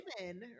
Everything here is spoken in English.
women